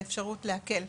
האפשרות להקל,